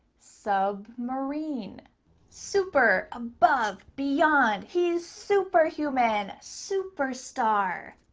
submarine. super above, beyond. he's superhuman. superstar.